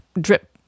drip